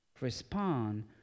respond